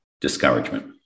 discouragement